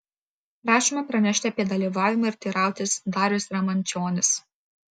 prašome pranešti apie dalyvavimą ir teirautis darius ramančionis